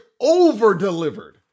over-delivered